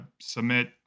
submit